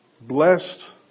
blessed